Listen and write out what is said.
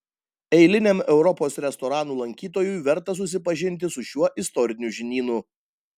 eiliniam europos restoranų lankytojui verta susipažinti su šiuo istoriniu žinynu